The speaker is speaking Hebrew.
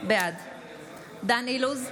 בעד דן אילוז,